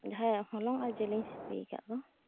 ᱡᱟᱦᱟ ᱭᱟᱜ ᱦᱚᱞᱚᱝ ᱟᱨ ᱡᱤᱞ ᱤᱧ ᱥᱤᱯᱤᱭᱟᱠᱟᱜ ᱫᱚ ᱚᱱᱟ